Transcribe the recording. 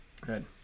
Good